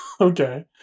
Okay